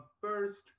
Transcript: first